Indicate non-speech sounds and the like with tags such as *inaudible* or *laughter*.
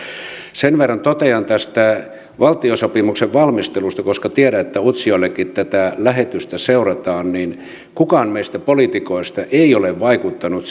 sen verran totean tästä valtiosopimuksen valmistelusta koska tiedän että utsjoellakin tätä lähetystä seurataan että kukaan meistä poliitikoista ei ole vaikuttanut *unintelligible*